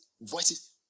voices